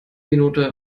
minute